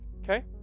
Okay